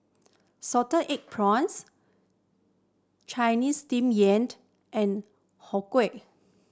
salted egg prawns Chinese Steamed Yam and Har Kow